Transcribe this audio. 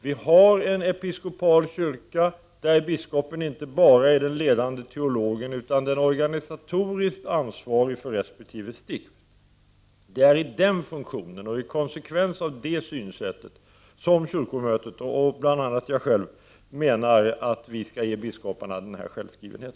Vi har en episkopal kyrka där biskopen inte bara är den ledande teologen utan även den organisatoriskt ansvarige för resp. stift. Det är i den funktionen och i konsekvens av det synsättet som kyrkomötet, och då bl.a. jag själv, menar att vi skall ge biskoparna denna självskrivenhet.